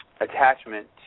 Attachment